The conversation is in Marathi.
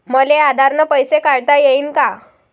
मले आधार न पैसे काढता येईन का?